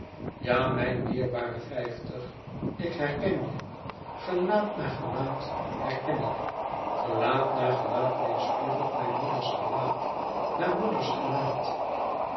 ja mijn dierbare vijftig ik herken je gelaat na gelaat herken ik gelaat na gelaat weêrspiegelt mij moeders gelaat na moeders gelaat